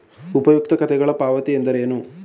ಉಪಯುಕ್ತತೆಗಳ ಪಾವತಿ ಎಂದರೇನು?